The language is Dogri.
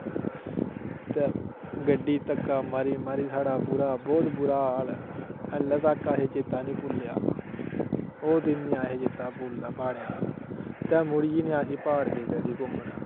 ते गड्डी धक्का मारी मारी साढ़ा बुरा बहोत बुरा हाल हाली तक असें गी चेता नेईं भुल्लेआ ओह् दिन निं असें गी चेता भुल्लदा प्हाडे़ं दा ते मुड़ियै निं असीं प्हाड़ गे कदी घूमन